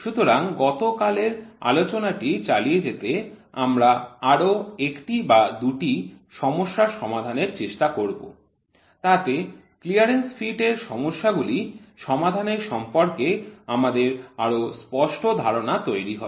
সুতরাং গতকালের আলোচনাটি চালিয়ে যেতে আমরা আরও একটি বা দুটি সমস্যা সমাধানের চেষ্টা করব তাতে ক্লিয়ারেন্স ফিট এর সমস্যাগুলি সমাধানের সম্পর্কে আমাদের আরও স্পষ্ট ধারণা তৈরি হবে